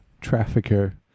trafficker